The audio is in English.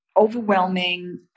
overwhelming